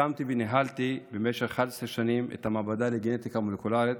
הקמתי וניהלתי במשך 11 שנים את המעבדה לגנטיקה מולקולרית